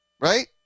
Right